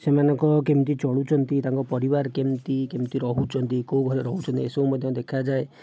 ସେମାନେଙ୍କ କେମିତି ଚଳୁଛନ୍ତି ତାଙ୍କ ପରିବାର କେମିତି କେମିତି ରହୁଛନ୍ତି କେଉଁ ଘରେ ରହୁଛନ୍ତି ଏସବୁ ମଧ୍ୟ ଦେଖାଯାଏ